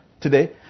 today